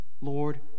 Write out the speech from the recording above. Lord